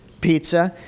pizza